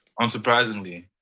unsurprisingly